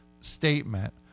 statement